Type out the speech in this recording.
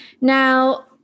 Now